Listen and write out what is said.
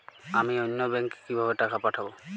আমি অন্য ব্যাংকে কিভাবে টাকা পাঠাব?